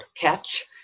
catch